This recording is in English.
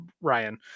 Ryan